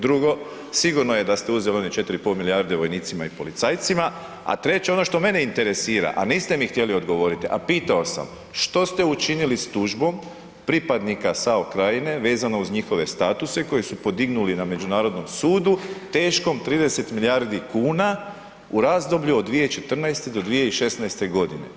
Drugo, sigurno je da ste uzeli onih 4,5 milijarde vojnicima i policajcima, a 3. ono što mene interesira, a niste mi htjeli odgovoriti, a pitao sam, što ste učinili s tužbom pripadnika SAO Krajine vezano uz njihove statuse koji su podignuli na međunarodnom sudu teškom 30 milijardi kuna u razdoblju od 2014. do 2016. godine?